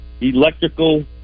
electrical